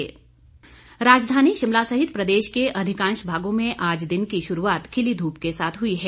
मौसम राजधानी शिमला सहित प्रदेश के अधिकांश भागों में आज दिन की शुरूआत खिली धूप के साथ हुई है